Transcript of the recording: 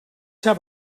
have